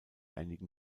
einigen